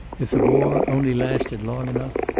if the war only lasted long enough